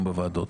גם בוועדות.